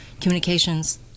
communications